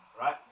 right